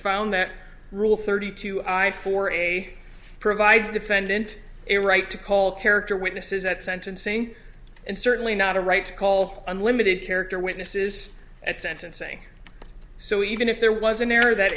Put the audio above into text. found that rule thirty two eye for a provides defendant a right to call character witnesses at sentencing and certainly not a right to call unlimited character witnesses at sentencing so even if there was an error that